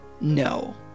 No